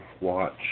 watch